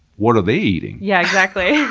what are they eating? yeah, exactly!